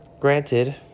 Granted